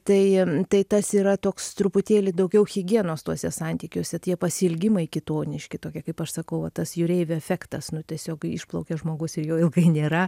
tai tai tas yra toks truputėlį daugiau higienos tuose santykiuose tie pasiilgimai kitoniški tokie kaip aš sakau va tas jūreivių efektas nu tiesiog išplaukia žmogus ir jo jau ilgai nėra